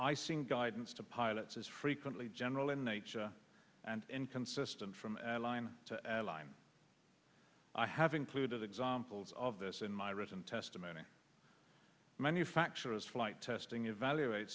icing guidance to pilots is frequently general in nature and inconsistent from airline to airline i have included examples of this in my written testimony manufacturers flight testing evaluate